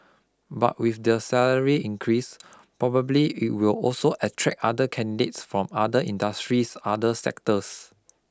but with the salary increase probably it will also attract other candidates from other industries other sectors